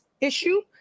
issue